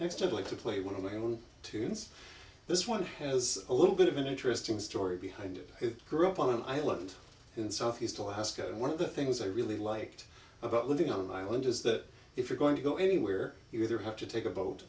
still like to play one of my own tunes this one has a little bit of an interesting story behind it it grew up on an island in southeast alaska and one of the things i really liked about living on the island is that if you're going to go anywhere you either have to take a boat